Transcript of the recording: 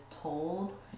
told